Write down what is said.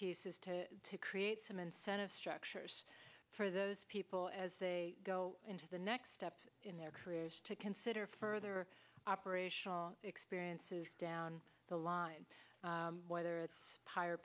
piece is to create some incentive structures for those people as they go into the next step in their careers to consider further operational experiences down the line whether it's higher